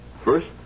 First